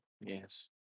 yes